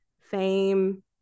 fame